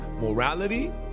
morality